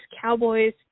Cowboys